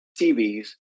TVs